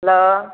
hello